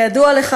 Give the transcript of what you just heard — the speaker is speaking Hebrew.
כידוע לך,